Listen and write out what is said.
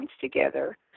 together